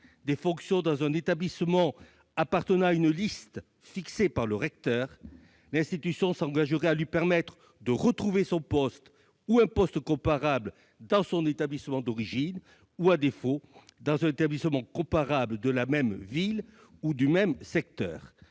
des fonctions dans un établissement appartenant à une liste fixée par le recteur, et l'institution s'engage à ce qu'il retrouve son poste ou un poste comparable dans son établissement d'origine ou, à défaut, dans un établissement comparable de la même ville ou du même secteur.